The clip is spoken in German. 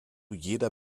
jeder